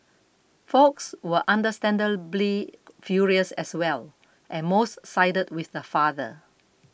folks were understandably furious as well and most sided with the father